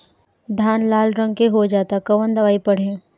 धान लाल रंग के हो जाता कवन दवाई पढ़े?